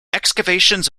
excavations